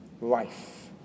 life